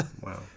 Wow